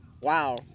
wow